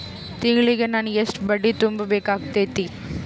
ತಿಂಗಳಿಗೆ ನಾನು ಎಷ್ಟ ಬಡ್ಡಿ ತುಂಬಾ ಬೇಕಾಗತೈತಿ?